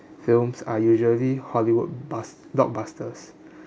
films are usually hollywood bus~ blockbusters